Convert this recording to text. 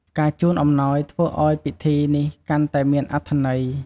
ការជូនអំណោយធ្វើឲ្យពិធីនេះកាន់តែមានអត្ថន័យ។